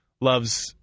loves –